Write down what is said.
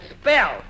spell